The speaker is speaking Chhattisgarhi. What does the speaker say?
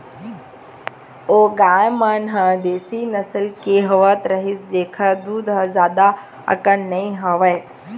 ओ गाय मन ह देसी नसल के होवत रिहिस जेखर दूद ह जादा अकन नइ होवय